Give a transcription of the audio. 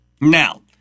Now